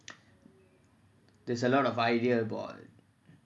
there's a lot of idea about